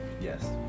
Yes